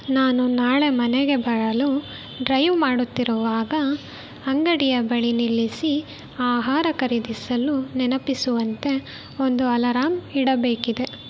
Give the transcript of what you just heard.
ನಾನು ನಾಳೆ ಮನೆಗೆ ಬರಲು ಡ್ರೈವ್ ಮಾಡುತ್ತಿರುವಾಗ ಅಂಗಡಿಯ ಬಳಿ ನಿಲ್ಲಿಸಿ ಆಹಾರ ಖರೀದಿಸಲು ನೆನಪಿಸುವಂತೆ ಒಂದು ಅಲಾರಾಂ ಇಡಬೇಕಿದೆ